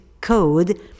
code